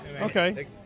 Okay